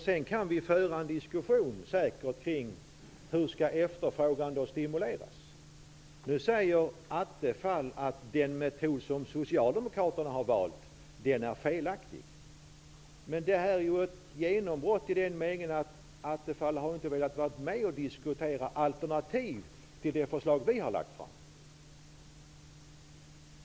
Sedan kan vi säkert föra en diskussion om hur efterfrågan skall stimuleras. Nu säger Attefall att den metod som Socialdemokraterna har valt är felaktig. Men det är ju ett genombrott i den meningen att Attefall inte har velat vara med och diskutera alternativ till det förslag som vi har lagt fram.